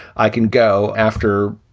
i can go after,